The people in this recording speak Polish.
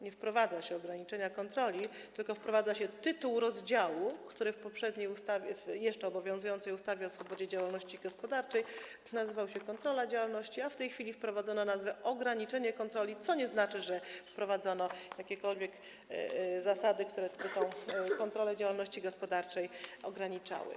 Nie wprowadza się ograniczenia kontroli, tylko wprowadza się taki tytuł rozdziału, który w jeszcze obowiązującej ustawie o swobodzie działalności gospodarczej nosi nazwę „Kontrola działalności”, a w tej chwili wprowadzono jego nowe brzmienie: „Ograniczenie kontroli”, co nie znaczy, że wprowadzono jakiekolwiek zasady, które by tę kontrolę działalności gospodarczej ograniczały.